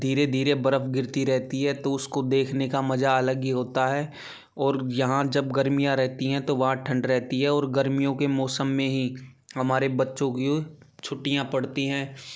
धीरे धीरे बर्फ़ गिरती रहती है तो उसको देखने का मज़ा अलग ही होता है और यहाँ जब गर्मियाँ रहती हैं तो वहाँ ठंड रहती है और गर्मियों के मौसम में ही हमारे बच्चों की छुट्टियाँ पड़ती हैं